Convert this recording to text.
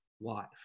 wife